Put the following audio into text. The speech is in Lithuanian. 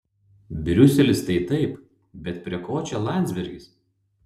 briuselis tai taip bet prie ko čia landsbergis